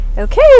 okay